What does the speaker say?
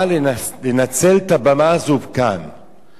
אבל לנצל את הבמה הזאת כאן,